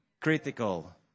critical